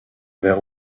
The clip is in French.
vers